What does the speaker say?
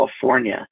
California